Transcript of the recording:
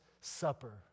Supper